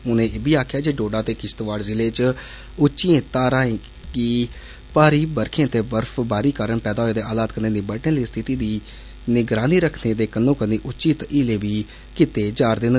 उनें इब्बी आखेआ ऐ जे डोडा ते किश्तवाइ जिले च उच्चिएं धारें पर भारी बरखें ते बर्फबारी कारण पैदा होए दे हालात कन्नै निब्बइने लेई स्थिति पर निगरानी रक्खने दे कन्नो कन्नी उचित हीले बी कीते जा रदे न